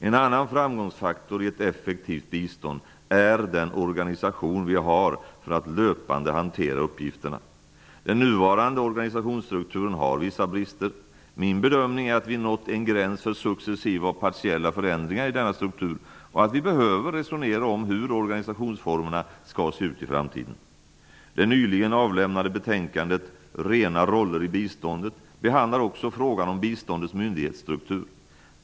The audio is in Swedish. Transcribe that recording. En annan framgångsfaktor i ett effektivt bistånd är den organisation som vi har för att löpande hantera uppgifterna. Den nuvarande organisationsstrukturen har vissa brister. Min bedömning är att vi har nått en gräns för successiva och partiella förändringar i denna struktur och att vi behöver resonera om hur organisationsformerna skall se ut i framtiden. Det nyligen avlämnade betänkandet ''Rena roller i biståndet'' behandlar också frågan om biståndets myndighetsstruktur.